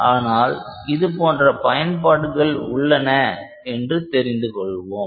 ஆனால் இதுபோன்ற பயன்பாடுகள் உள்ளன என்று தெரிந்து கொள்வோம்